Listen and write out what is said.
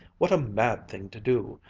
what a mad thing to do!